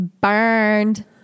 Burned